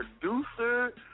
producer